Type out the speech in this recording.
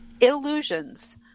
illusions